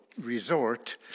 resort